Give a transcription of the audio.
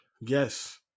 Yes